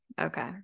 okay